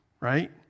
right